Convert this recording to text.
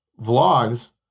vlogs